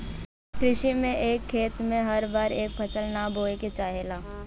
कृषि में एक खेत में हर बार एक फसल ना बोये के चाहेला